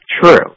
true